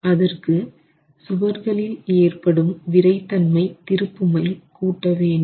அதற்கு சுவர்களில் ஏற்படும் விறைத்தன்மை திருப்புமை கூட்ட வேண்டும்